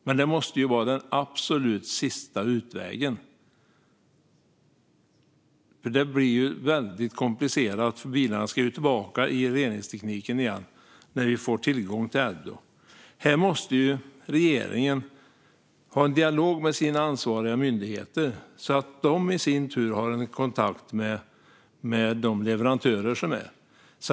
Men det måste vara den absolut sista utvägen, för det blir väldigt komplicerat. Bilarna ska ju tillbaka i reningstekniken igen när vi får tillgång till Adblue. Här måste regeringen ha en dialog med sina ansvariga myndigheter så att de i sin tur har kontakt med de leverantörer som finns.